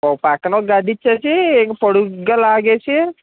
ఓ పక్కన ఒక గది ఇచ్చేసి ఇంక పొడుగ్గా లాగేసి